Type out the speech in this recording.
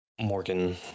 Morgan